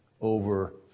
over